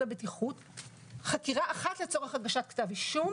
הבטיחות חקירה אחת לצורך הגשת כתב אישום